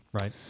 Right